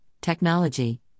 technology